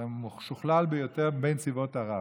והמשוכלל ביותר בצבאות ערב,